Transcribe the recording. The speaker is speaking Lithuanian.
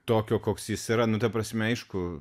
tokio koks jis yra nu ta prasme aišku